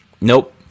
Nope